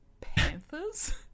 Panthers